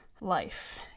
life